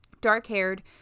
Dark-haired